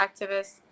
activists